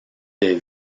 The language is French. des